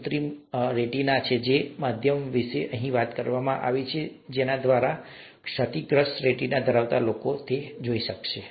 આ કૃત્રિમ રેટિના છે જે એવા માધ્યમ વિશે વાત કરે છે કે જેના દ્વારા ક્ષતિગ્રસ્ત રેટિના ધરાવતા લોકો જોઈ શકશે